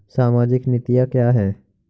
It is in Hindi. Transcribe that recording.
सामाजिक नीतियाँ क्या हैं?